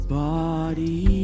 body